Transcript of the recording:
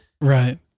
right